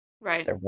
right